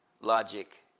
logic